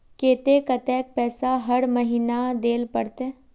केते कतेक पैसा हर महीना देल पड़ते?